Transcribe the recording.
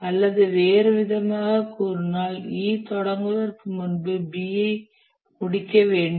அல்லது வேறுவிதமாகக் கூறினால்E தொடங்குவதற்கு முன்பு B முடிக்க வேண்டும்